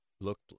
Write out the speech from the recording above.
Looked